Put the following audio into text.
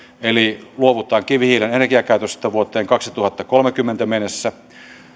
eli luovutaan kivihiilen energiakäytöstä vuoteen kaksituhattakolmekymmentä mennessä